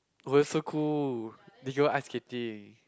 oh that's so cool then can go ice skating